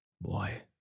boy